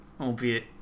albeit